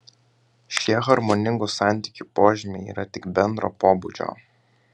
šie harmoningų santykių požymiai yra tik bendro pobūdžio